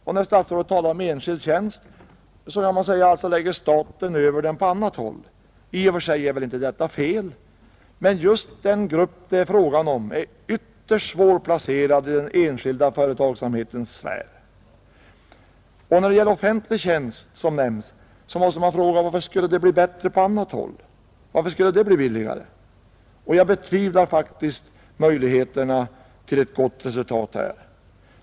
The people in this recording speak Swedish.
Och när statsrådet talar om enskild tjänst, så kan man säga att staten lägger över insatserna för arkivarbetarna på annat håll. I och för sig är väl inte detta fel, men den grupp det är fråga om är ytterst svårplacerad i den enskilda företagsamhetens sfär. När det gäller offentlig tjänst, som nämnts, måste man fråga: Varför skulle det bli bättre än på annat håll — varför skulle det bli billigare? Jag betvivlar faktiskt möjligheterna till ett gott resultat här.